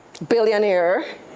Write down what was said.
billionaire